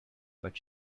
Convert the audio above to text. but